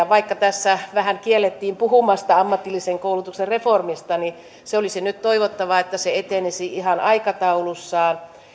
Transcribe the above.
vaikka tässä vähän kiellettiin puhumasta ammatillisen koulutuksen reformista niin se olisi nyt toivottavaa että se etenisi ihan aikataulussaan